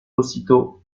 aussitôt